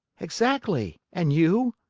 exactly. and you?